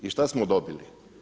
I šta smo dobili?